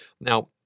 Now